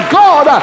god